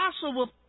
possible